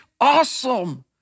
awesome